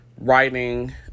writing